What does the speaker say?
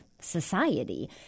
society